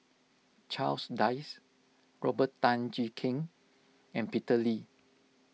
Charles Dyce Robert Tan Jee Keng and Peter Lee